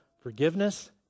forgiveness